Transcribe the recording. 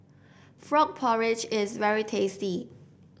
Frog Porridge is very tasty